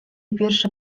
wiersze